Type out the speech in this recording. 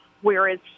Whereas